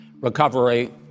recovery